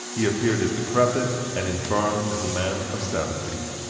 he appeared as decrepit and infirm as a man of seventy.